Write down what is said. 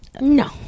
No